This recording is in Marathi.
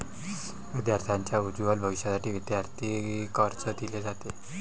विद्यार्थांच्या उज्ज्वल भविष्यासाठी विद्यार्थी कर्ज दिले जाते